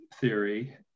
theory